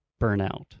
burnout